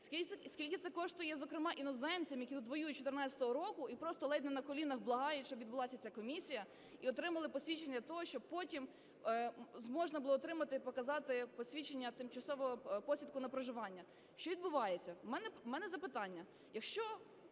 Скільки це коштує, зокрема іноземцям, які тут воюють з 14-го року і просто ледь не на колінах благають, щоб відбулася ця комісія, і отримали посвідчення для того, щоб потім можна було отримати і показати посвідчення, тимчасову посвідку на проживання? Що відбувається? В мене запитання.